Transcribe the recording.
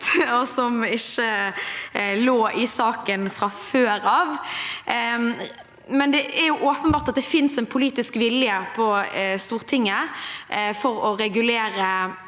og som ikke lå i saken fra før av. Det er åpenbart at det finnes en politisk vilje på Stortinget til å regulere